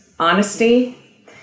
Honesty